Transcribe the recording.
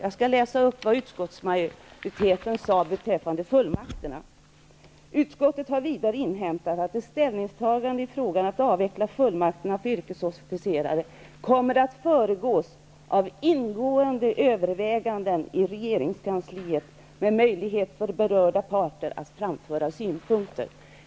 Jag skall läsa upp vad utskottsmajoriteten uttalade beträffande fullmakterna: ''Utskottet har vidare inhämtat att ett ställningstagande i frågan att avveckla fullmakterna för yrkesofficerare kommer att föregås av ingående överväganden i regeringskansliet med möjlighet för berörda parter att framföra synpunkter.''